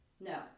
no